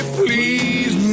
please